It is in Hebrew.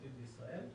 בישראל.